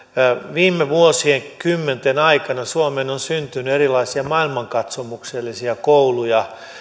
viime vuosikymmenten aikana suomeen on syntynyt erilaisia maailmankatsomuksellisia kouluja